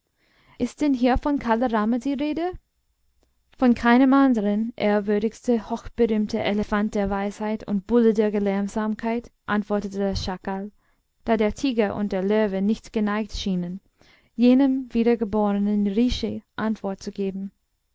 ist denn hier von kala rama die rede von keinem anderen ehrwürdigster hochberühmter elefant der weisheit und bulle der gelehrsamkeit antwortete der schakal da der tiger und der löwe nicht geneigt schienen jenem wiedergeborenen rishi antwort zu geben